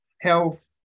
health